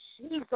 Jesus